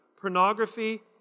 pornography